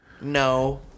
No